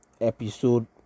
episode